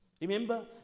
Remember